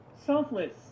selfless